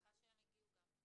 אני שמחה שהם הגיעו.